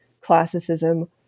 classicism